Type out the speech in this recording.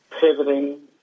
pivoting